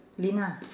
lina